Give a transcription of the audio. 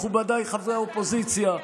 מכובדיי חברי האופוזיציה,